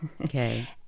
Okay